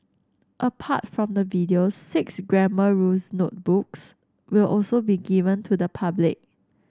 apart from the videos six grammar rules notebooks will also be given to the public